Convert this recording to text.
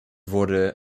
wurde